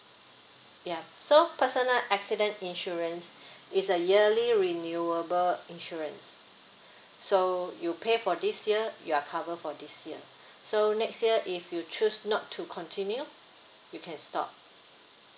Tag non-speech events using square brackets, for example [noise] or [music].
yeah so personal accident insurance [breath] it's a yearly renewable insurance [breath] so you pay for this year you are cover for this year [breath] so next year if you choose not to continue you can stop